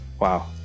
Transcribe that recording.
wow